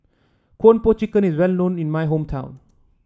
Kung Po Chicken is well known in my hometown